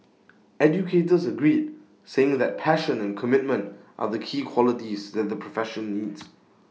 educators agreed saying that passion and commitment are the key qualities that the profession needs